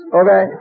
okay